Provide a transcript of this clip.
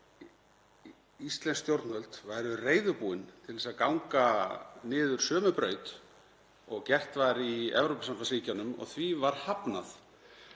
íslensk stjórnvöld væru reiðubúin til að ganga niður sömu braut og gert var í Evrópusambandsríkjunum og því var hafnað.